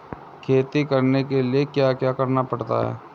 खेती करने के लिए क्या क्या करना पड़ता है?